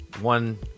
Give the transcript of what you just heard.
One